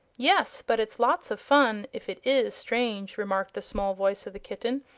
yes but it's lots of fun, if it is strange, remarked the small voice of the kitten,